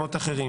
מקומות אחרים.